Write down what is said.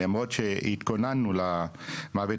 למרות שהתכוננו למוות,